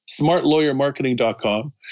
SmartLawyerMarketing.com